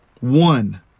one